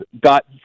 got